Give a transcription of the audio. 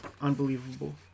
unbelievable